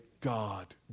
God